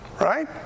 Right